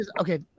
Okay